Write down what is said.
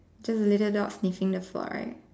just a little dog sniffing the floor right